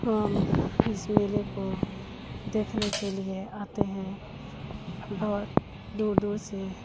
اس میلے کو دیکھنے کے لیے آتے ہیں بہت دور دور سے